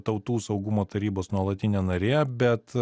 tautų saugumo tarybos nuolatinė narė bet